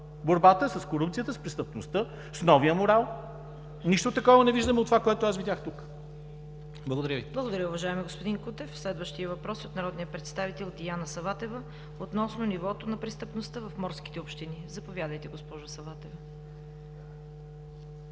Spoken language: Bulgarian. борбата с корупцията, с престъпността, с новия морал. Нищо такова не виждаме от това, което аз видях тук. Благодаря Ви. ПРЕДСЕДАТЕЛ ЦВЕТА КАРАЯНЧЕВА: Благодаря Ви, уважаеми господин Кутев. Следващият въпрос е от народния представител Диана Саватева относно нивото на престъпността в морските общини. Заповядайте, госпожо Саватева.